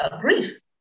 grief